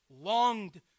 longed